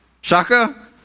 Shaka